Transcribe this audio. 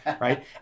Right